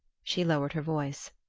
she lowered her voice.